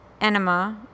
enema